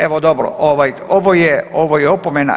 Evo dobro, ovo je opomena.